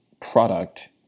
product